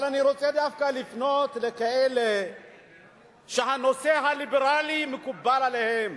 אבל אני רוצה דווקא לפנות לכאלה שהנושא הליברלי מקובל עליהם,